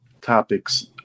topics